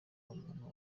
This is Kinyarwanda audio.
umuntu